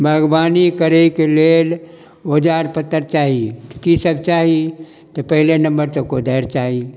बागबानी करैके लेल औजार पतर चाही कि सभ चाही तऽ पहिले नम्बर तऽ कोदारि चाही